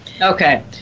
okay